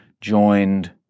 joined